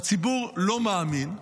והציבור לא מאמין,